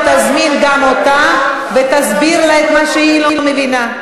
תזמין גם אותה ותסביר לה את מה שהיא לא מבינה.